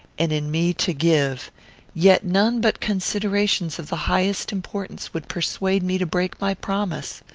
and in me to give yet none but considerations of the highest importance would persuade me to break my promise.